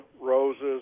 roses